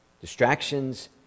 distractions